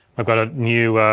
we've got a new